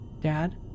Dad